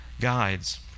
guides